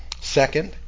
Second